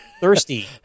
thirsty